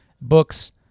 books